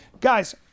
Guys